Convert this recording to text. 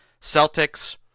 Celtics